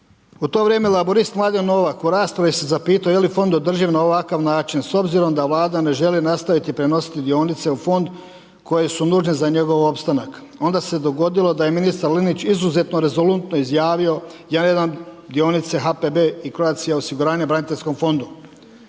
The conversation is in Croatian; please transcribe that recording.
U to vrijeme laburist Mladen Novak u raspravi se zapitao je li Fond održiv na ovakav način. S obzirom da Vlada ne želi nastaviti prenositi dionice u Fond koji su nužni za njegov opstanak. Onda se dogodilo da je ministar Linić izuzetno rezolutno izjavio ja .../Govornik se ne razumije./... dionice HPB i Croatia osiguranja braniteljskom fondu.